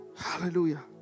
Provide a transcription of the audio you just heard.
hallelujah